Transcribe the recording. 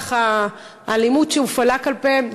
במהלך האלימות שהופעלה כלפיהם,